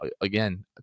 Again